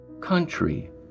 Country